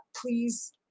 please